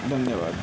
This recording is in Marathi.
धन्यवाद